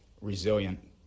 resilient